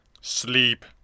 Sleep